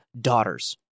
daughters